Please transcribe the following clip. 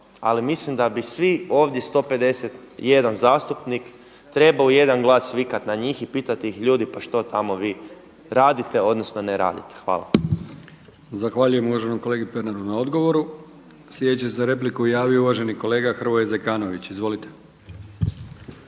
Ali mislim da bi svi ovdje 151 zastupnik trebao u jedan glas vikat na njih i pitat ljudi pa šta vi tamo radite odnosno ne radite. Hvala. **Brkić, Milijan (HDZ)** Zahvaljujem uvaženom kolegi Pernaru na odgovoru. Sljedeći se za repliku javio uvaženi kolega Hrvoje Zekanović. Izvolite.